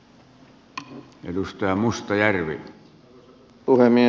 arvoisa puhemies